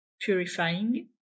purifying